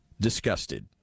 disgusted